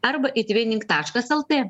arba itvinink taškas lt